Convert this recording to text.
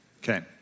Okay